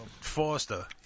Foster